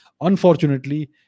Unfortunately